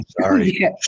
sorry